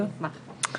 אני אשמח.